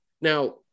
now